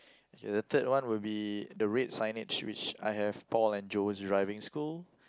okay the third one would be the red signage which I have Paul and Joe's driving school